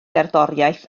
gerddoriaeth